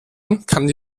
empfang